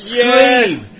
yes